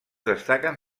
destaquen